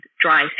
dry